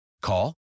Call